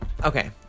Okay